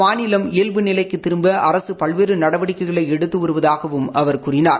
மாநிலம் இயல்பு நிலைக்கு திரும்ப அரசு பல்வேறு நடவடிக்கைகளை எடுத்து வருவதாகவும் அவா கூறினார்